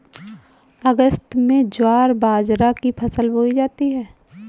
अगस्त में ज्वार बाजरा की फसल बोई जाती हैं